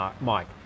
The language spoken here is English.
Mike